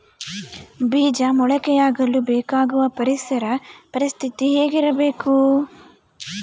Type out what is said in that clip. ಬೇಜ ಮೊಳಕೆಯಾಗಲು ಬೇಕಾಗುವ ಪರಿಸರ ಪರಿಸ್ಥಿತಿ ಹೇಗಿರಬೇಕು?